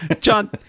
john